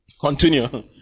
continue